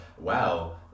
wow